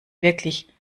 wirklich